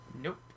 Nope